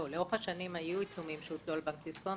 לאורך שנים היו עיצומים שהוטלו על בנק דיסקונט,